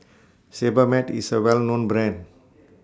Sebamed IS A Well known Brand